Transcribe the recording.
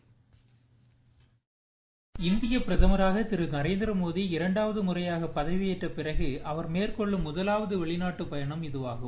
voice byte இந்தியப் பிரதமராக திரு நரேந்திர மோடி இரண்டாவது முறையாக பதவிபேற்ற பிறகு அவர் மேற்கொள்ளும் முதலாவது வெளிநாட்டுப் பயணம் இதுவாகும்